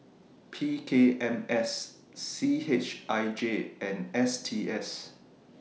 P K M S C H I J and S T S